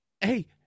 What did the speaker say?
hey